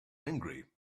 angry